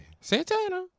Santana